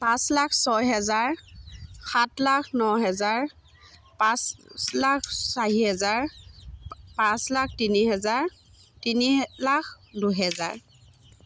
পাঁচ লাখ ছয় হেজাৰ সাত লাখ ন হেজাৰ পাঁচ লাখ চাৰি হেজাৰ পাঁচ লাখ তিনি হেজাৰ তিনি লাখ দুহেজাৰ